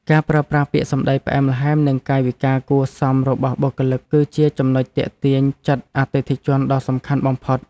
ការប្រើប្រាស់ពាក្យសម្តីផ្អែមល្ហែម និងកាយវិការគួរសមរបស់បុគ្គលិក គឺជាចំណុចទាក់ទាញចិត្តអតិថិជនដ៏សំខាន់បំផុត។